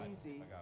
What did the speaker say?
easy